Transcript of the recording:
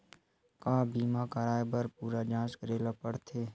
का बीमा कराए बर पूरा जांच करेला पड़थे?